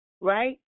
right